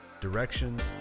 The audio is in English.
directions